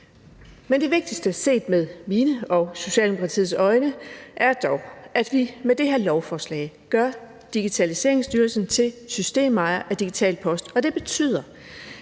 Men det vigtigste set med mine og Socialdemokratiets øjne er dog, at vi med det her lovforslag gør Digitaliseringsstyrelsen til systemejer af Digital Post, og det betyder,